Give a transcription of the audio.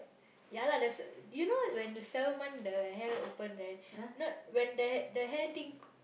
ya lah that's you know when the seven month the hell open right you know when the the hell thing